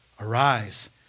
arise